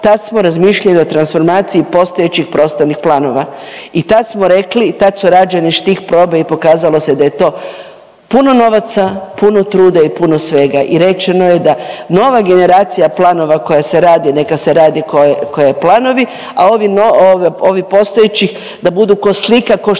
tad smo razmišljali o transformaciji postojećih prostornih planova i tad smo rekli i tad su rađeni štih probe i pokazalo se da je to puno novaca, puno truda i puno svega i rečeno je da nova generacija planova koja se radi neka se radi koje planovi, a ovi postojeći da budu ko slika ko što